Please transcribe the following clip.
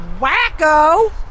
wacko